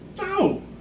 no